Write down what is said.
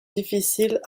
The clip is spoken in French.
difficiles